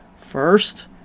First